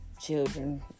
children